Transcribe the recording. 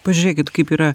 pažiūrėkit kaip yra